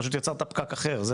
פשוט יצרת פקק אחר.